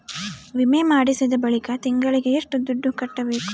ವಿಮೆ ಮಾಡಿಸಿದ ಬಳಿಕ ತಿಂಗಳಿಗೆ ಎಷ್ಟು ದುಡ್ಡು ಕಟ್ಟಬೇಕು?